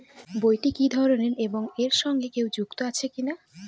বইটি কি ধরনের এবং এর সঙ্গে কেউ যুক্ত আছে কিনা?